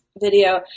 video